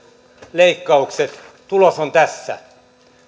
leikkaukset tulos on tässä